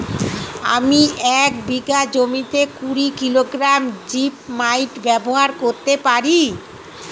আমি এক বিঘা জমিতে কুড়ি কিলোগ্রাম জিপমাইট ব্যবহার করতে পারি?